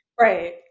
Right